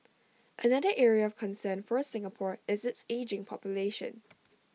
another area of concern for Singapore is its ageing population